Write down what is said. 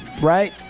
right